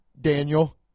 Daniel